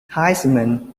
heisman